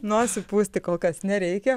nosį pūsti kol kas nereikia